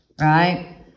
right